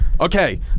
Okay